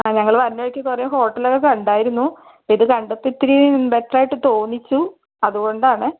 ആ ഞങ്ങള് വരുന്ന വഴിക്ക് കുറെ ഹോട്ടലുകള് കണ്ടായിരുന്നു ഇത് കണ്ടപ്പോൾ ഇത്തിരി ബെറ്ററായിട്ട് തോന്നിച്ചു അതുകൊണ്ടാണെ